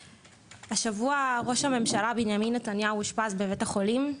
השבוע ראש הממשלה בנימין נתניהו אושפז בבית החולים,